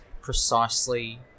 precisely